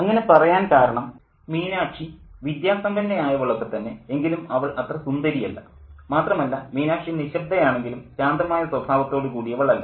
അങ്ങനെ പറയാൻ കാരണം മീനാക്ഷി വിദ്യാസമ്പന്ന ആയവളൊക്കെക്കെത്തന്നെ എങ്കിലും അവൾ അത്ര സുന്ദരിയല്ല മാത്രമല്ല മീനാക്ഷി നിശബ്ദ ആണെങ്കിലും ശാന്തമായ സ്വഭാവത്തോടുകൂടിയവൾ അല്ല